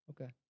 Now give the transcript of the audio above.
Okay